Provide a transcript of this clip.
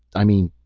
i mean,